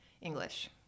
English